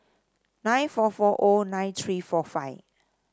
nine four four O nine three four five